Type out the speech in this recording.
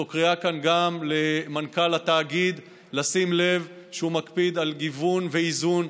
זו קריאה כאן גם למנכ"ל התאגיד לשים לב שהוא מקפיד על גיוון ואיזון.